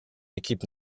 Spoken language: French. équipe